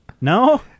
No